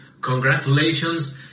Congratulations